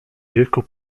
wieku